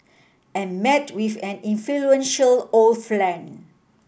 and met with an influential old flan